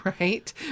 Right